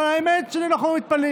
אבל האמת היא שאנחנו לא מתפלאים,